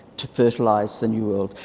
to fertilise the new world.